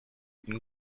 une